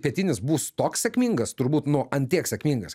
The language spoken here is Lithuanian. pietinis bus toks sėkmingas turbūt nu an tiek sėkmingas